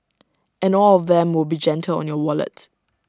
and all of them will be gentle on your wallet